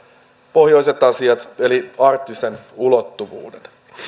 pohjoiset asiat eli arktisen ulottuvuuden